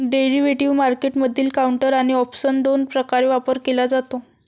derivative मार्केटमधील counter आणि option दोन प्रकारे व्यापार केला जातो